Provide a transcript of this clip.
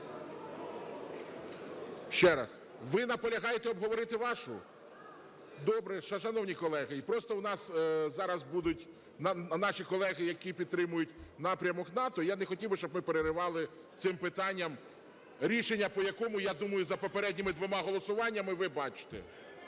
Ще раз, ви наполягаєте обговорити вашу? Добре, шановні колеги, просто у нас зараз будуть наші колеги, які підтримують напрямок НАТО. Я не хотів би, щоб ми переривали цим питанням рішення, по якому, я думаю, за попередніми двома голосуваннями ви бачите.